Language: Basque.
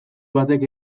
batek